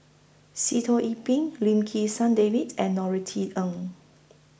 Sitoh Yih Pin Lim Kim San Davids and Norothy Ng